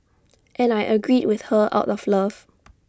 and I agreed with her out of love